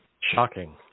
Shocking